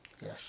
Yes